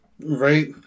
Right